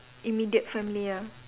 immediate family ya